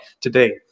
today